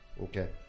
okay